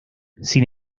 sin